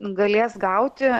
galės gauti